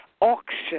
auction